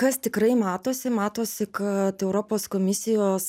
kas tikrai matosi matosi kad europos komisijos